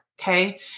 Okay